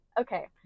okay